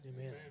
Amen